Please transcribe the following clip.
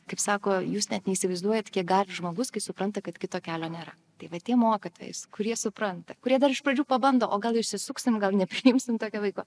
sako jūs net neįsivaizduojat kiek gali žmogus kai supranta kad kito kelio nėra tai vat tie mokytojai kurie supranta kurie dar iš pradžių pabando o gal išsisuksim gal nepriimsim tokio vaiko